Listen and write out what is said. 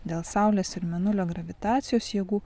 dėl saulės ir mėnulio gravitacijos jėgų